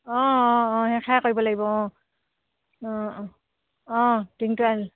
অঁ অঁ অঁ কৰিব লাগিব অঁ অঁ অঁ অঁ টিংটো